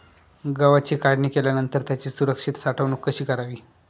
गव्हाची काढणी केल्यानंतर त्याची सुरक्षित साठवणूक कशी करावी?